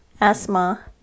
asthma